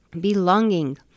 Belonging